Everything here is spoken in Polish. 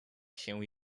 się